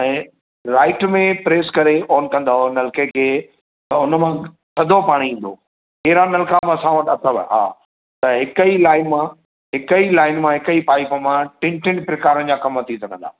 ऐं राइट में प्रेस करे ऑन कंदव नलके खे त उन मां थधो पाणी ईंदो एहिड़ा नलका बि असां वटि अथव हा त हिकु ई लाइन मां हिकु ई लाइन मां हिकु ई पाइप मां टिनि टिनि प्रकारनि जा कमु थी सघंदा